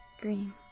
green